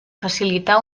facilitar